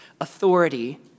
authority